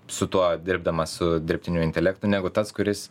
su tuo dirbdamas su dirbtiniu intelektu negu tas kuris